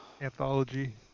Anthology